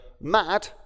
mad